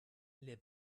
les